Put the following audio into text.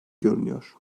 görünüyor